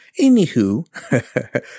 Anywho